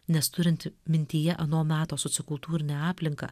nes turint mintyje ano meto sociokultūrinę aplinką